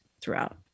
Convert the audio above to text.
throughout